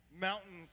mountains